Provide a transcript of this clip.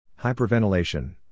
Hyperventilation